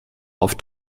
auf